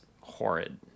horrid